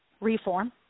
reform